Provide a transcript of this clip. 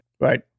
Right